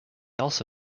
also